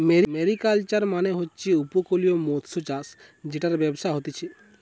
mariculture মানে হচ্ছে উপকূলীয় মৎস্যচাষ জেটার ব্যবসা হতিছে